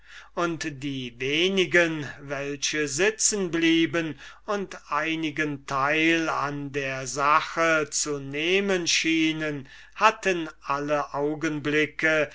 und die wenigen welche sitzen blieben und einigen teil an der sache zu nehmen schienen hatten alle augenblicke